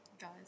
guys